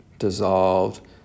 dissolved